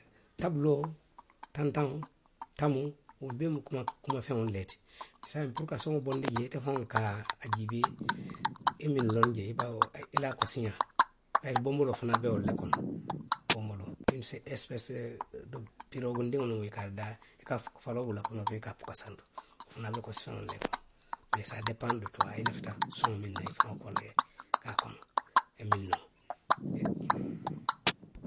Tabuloo, tantaŋo. tamoo, wolu bee mu kuma, kuma feŋolu le ti. Saayiŋ puru ka soŋo bondi, jee, ite faŋo le ka a jiibee i ye miŋ loŋ jee baawo, i la a kosiňaa, bayiri bonboloo fanaŋ be wolu le kono, bonboloo se uni esipesi de, piroogindiŋo loŋ i ka a dadaa, i ka faloo bula konoto i ka a puka santo, wo fanaa ka kosi feŋolu le kono. Mee saa depaŋ de tuwa i lafita soŋo miŋ na, i faŋo ka wo le ke a kono, i ye miŋ noo, e